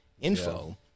info